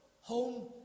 home